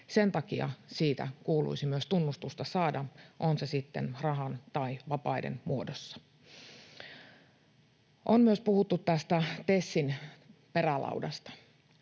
Sen takia siitä kuuluisi myös tunnustusta saada, on se sitten rahan tai vapaiden muodossa. On myös puhuttu tästä TESin perälaudasta.